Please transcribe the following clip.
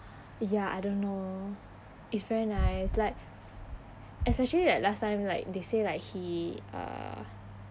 ya I don't know it's very nice like especially like last time like they say like he uh